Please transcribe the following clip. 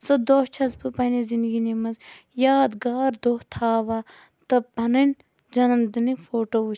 سُہ دۄہ چھَس بہٕ پَننہِ زِنٛدگٲنی یادگار دۄہ تھاوان تہٕ پَنٕنۍ جَنَم دِنٕکۍ فوٹو وٕچھان